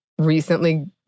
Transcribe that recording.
recently